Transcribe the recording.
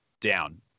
down